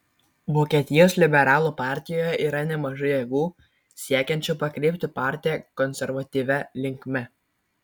vokietijos liberalų partijoje yra nemažai jėgų siekiančių pakreipti partiją konservatyvia linkme